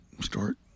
start